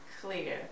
clear